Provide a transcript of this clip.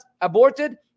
aborted